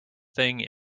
thing